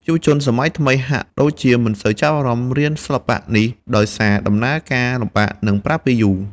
យុវជន សម័យថ្មីហាក់ដូចជាមិនសូវចាប់អារម្មណ៍រៀនសិល្បៈនេះដោយសារដំណើរការលំបាក និងប្រើពេលយូរ។